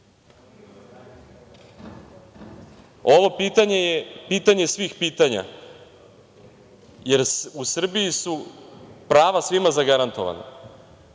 pitanje je pitanje svih pitanja. Jer, u Srbiji su prava svima zagarantovana